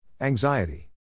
Anxiety